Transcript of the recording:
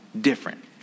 different